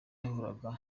yahoraga